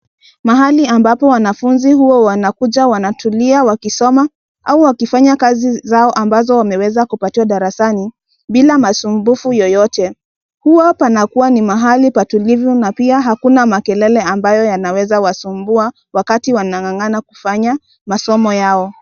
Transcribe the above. Mahali ambapo wanafunzi huwa wanakuja wanatulia wakisoma, au wakifanya kazi zao ambazo wameweza kupatiwa darasani, bila masumbufu yoyote. Huwa panakuwa ni mahali patulivu na pia, hapana makelele, ambayo yanaweza kuwasumbua wakati wanang'ang'ana, kufanya masomo yao.